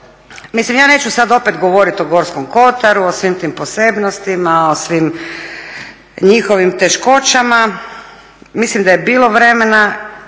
mislim ja neću sada opet govoriti o Gorskom Kotaru o svim tim posebnostima, o svim njihovim teškoćama, mislim da je bilo vremena